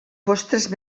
postres